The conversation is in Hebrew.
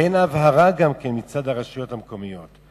ואין הבהרה גם מצד הרשויות המקומיות.